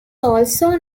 also